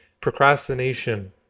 procrastination